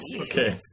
Okay